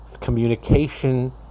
communication